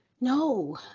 No